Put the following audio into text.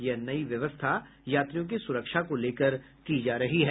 यह नयी व्यवस्था यात्रियों की सुरक्षा को लेकर की जा रही है